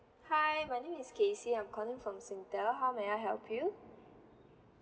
hi my name is casey I'm calling from singtel how may I help you